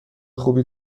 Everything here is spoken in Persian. خوبی